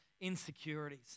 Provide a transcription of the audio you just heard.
insecurities